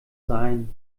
sein